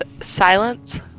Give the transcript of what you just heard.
silence